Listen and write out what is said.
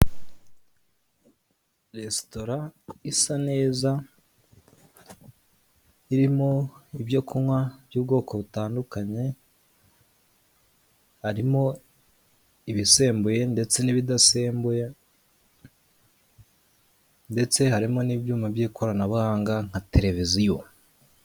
Resitora isa neza irimo ibyo kunywa by'ubwoko butandukanye harimo ibisembuye ndetse n'ibidasembuye ndetse harimo n'ibyuma by'ikoranabuhanga nka televiziyo.